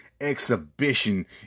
exhibition